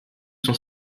sont